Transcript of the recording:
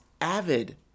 avid